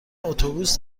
اتوبوس